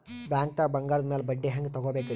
ಬ್ಯಾಂಕ್ದಾಗ ಬಂಗಾರದ್ ಮ್ಯಾಲ್ ಬಡ್ಡಿ ಹೆಂಗ್ ತಗೋಬೇಕ್ರಿ?